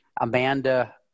Amanda